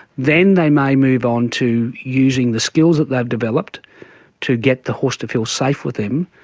then they may move on to using the skills that they've developed to get the horse to feel safe with them,